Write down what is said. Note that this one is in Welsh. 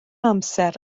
amser